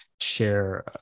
share